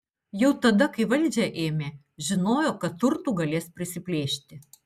jau tada kai valdžią ėmė žinojo kad turtų galės prisiplėšti